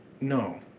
No